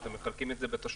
אתם מחלקים את זה לתשלומים?